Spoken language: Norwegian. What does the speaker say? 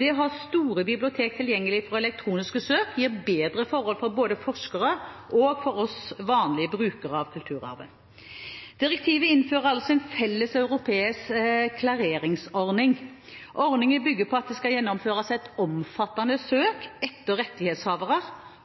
Det å ha store bibliotek tilgjengelig for elektroniske søk gir bedre forhold både for forskere og for oss vanlige brukere av kulturarven. Direktivet innfører altså en felles europeisk klareringsordning. Ordningen bygger på at det skal gjennomføres et omfattende søk etter rettighetshavere